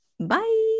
Bye